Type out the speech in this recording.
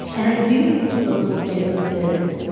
and i do think it's a little bit of this.